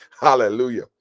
Hallelujah